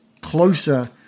closer